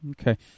Okay